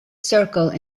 circle